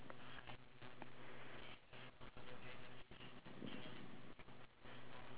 ya so what do you do as an individual to try and like